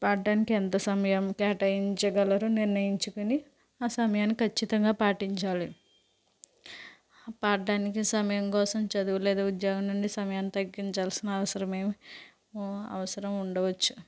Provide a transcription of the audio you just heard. పాడడానికి ఎంత సమయం కేటాయించగలరు నిర్ణయించుకుని ఆ సమయాన్ని ఖచ్చితంగా పాటించాలి పాడడానికి సమయం కోసం చదువు లేదా ఉద్యోగం నుండి సమయం తగ్గించాల్సిన అవసరం ఏమి అవసరం ఉండవచ్చు